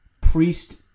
priest